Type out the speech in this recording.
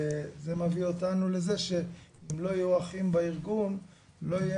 זה מביא אותנו לזה שאם לא יהיו אחים בארגון לא יהיה